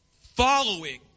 following